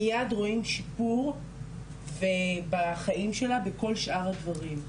מייד רואים שיפור בחיים שלה בכל שאר הדברים,